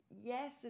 yes